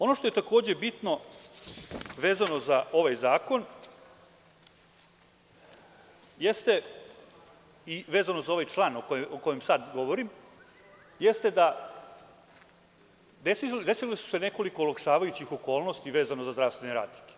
Ono što je takođe bitno vezano za ovaj zakon, za ovaj član o kojem sada govorim, jeste da su se desile neke od olakšavajućih okolnosti vezanih za zdravstvene radnike.